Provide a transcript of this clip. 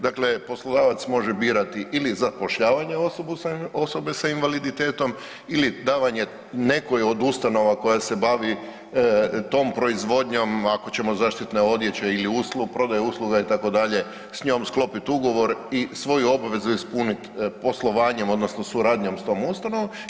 Dakle, poslodavac može birati ili zapošljavanje osoba sa invaliditetom ili davanje nekoj od ustanova koja se bavi tom proizvodnjom ako ćemo zaštitne odjeće ili prodaja usluga itd. sa njom sklopiti ugovor i svoju obvezu ispuniti poslovanjem, odnosno suradnjom sa tom ustanovom.